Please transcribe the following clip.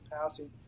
passing